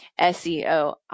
SEO